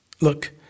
Look